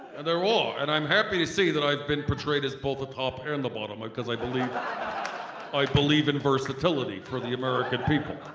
and there are ah and i'm happy to say that i've been portrayed as both the top and the bottom ah because i believe, i believe in versatility for the american people.